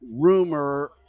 rumor